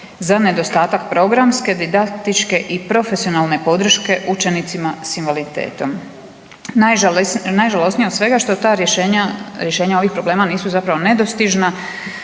za nedostatak programske, didaktičke i profesionalne podrške učenicima s invaliditetom. Najžalosnije od svega što ta rješenja ovih problema nisu zapravo nedostižna,